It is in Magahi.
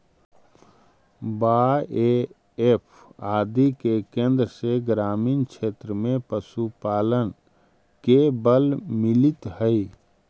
बाएफ आदि के केन्द्र से ग्रामीण क्षेत्र में पशुपालन के बल मिलित हइ